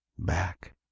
back